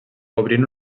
obrint